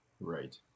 Right